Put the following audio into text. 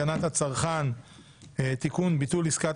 הצעת חוק הגנת הצרכן (תיקון - ביטול עסקת